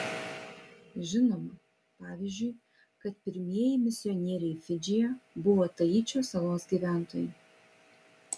žinoma pavyzdžiui kad pirmieji misionieriai fidžyje buvo taičio salos gyventojai